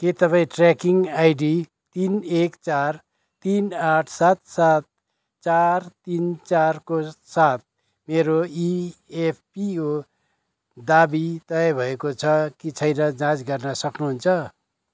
के तपाईँँ tracking ID तिन एक चार तिन आठ सात सात चार तिन चारको साथ मेरो इएफपीओ दावी तय भएको छ कि छैन जाँच गर्न सक्नुहुन्छ